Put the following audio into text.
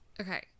Okay